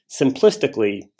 simplistically